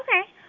Okay